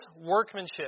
workmanship